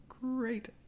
great